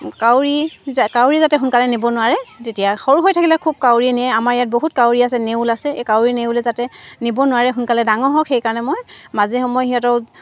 কাউৰী যা কাউৰী যাতে সোনকালে নিব নোৱাৰে তেতিয়া সৰু হৈ থাকিলে খুব কাউৰীয়ে নিয়ে আমাৰ ইয়াত বহুত কাউৰী আছে নেউল আছে এই কাউৰী নেউলে যাতে নিব নোৱাৰে সোনকালে ডাঙৰ হওক সেইকাৰণে মই মাজে সময়ে সিহঁতৰ